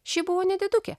ši buvo nedidukė